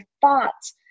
thoughts